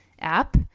app